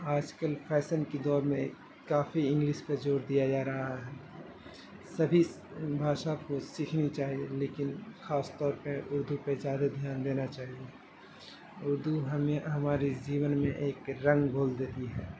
آج کل فیسن کی دور میں کافی انگلس پہ زور دیا جا رہا ہے سبھی بھاشا کو سیکھنی چاہیے لیکن خاص طور پہ اردو پہ زیادہ دھیان دینا چاہیے اردو ہمیں ہمارے جیون میں ایک رنگ گھول دیتی ہے